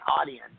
audience